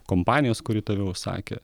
kompanijos kuri tave užsakė